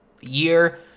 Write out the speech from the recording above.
year